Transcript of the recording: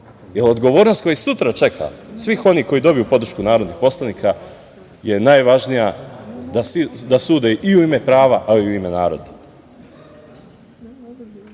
Odgovornost koja sutra čeka sve one koji dobiju podršku narodnih poslanika je najvažnija da sude i u ime prava i u ime naroda.S